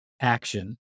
action